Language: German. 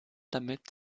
damit